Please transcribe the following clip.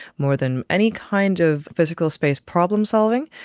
more than any kind of physical space problem solving.